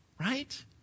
right